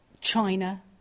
China